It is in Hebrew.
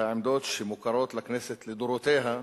והעמדות שמוכרות לכנסת לדורותיה,